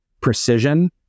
precision